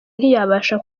ntiyabasha